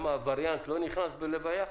הווריאנט לא נכנס בלוויה?